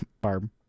Barb